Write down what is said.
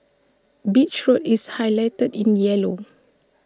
beach road is highlighted in yellow